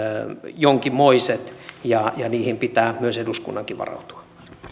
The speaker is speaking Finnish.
jonkinmoiset ja ja niihin pitää myös eduskunnankin varautua